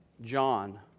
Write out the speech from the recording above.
John